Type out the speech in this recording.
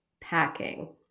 packing